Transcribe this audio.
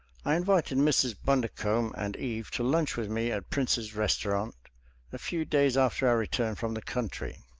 i invited mrs. bundercombe and eve to lunch with me at prince's restaurant a few days after our return from the country.